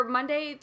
Monday